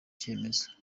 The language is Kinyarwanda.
cyemezo